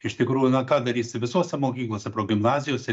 iš tikrųjų na ką darysi visose mokyklose progimnazijose